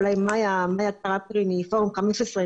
אולי מאיה קרבטרי מפורום 15,